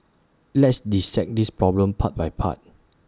let's dissect this problem part by part